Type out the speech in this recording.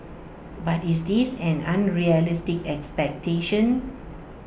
but is this an unrealistic expectation